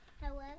Hello